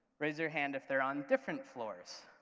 raise your hand if they're on different floors?